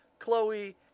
chloe